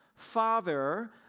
Father